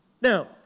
Now